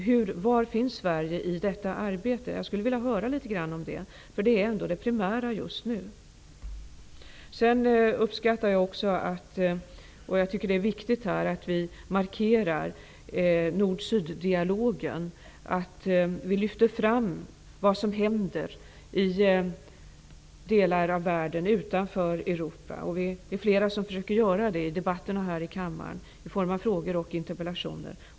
Var finns Sverige i det arbetet? Det skulle jag vilja höra litet om. Det är ju det primära just nu. Jag uppskattar, och jag tycker att det är viktigt, att vi markerar nord--syd-dialogen och lyfter fram vad som händer i världen, utanför Europa. Vi är flera som försöker göra det i debatterna här i kammaren i form av frågor och interpellationer.